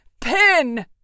Pin